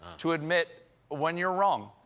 to admit when you're wrong.